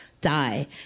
die